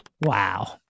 Wow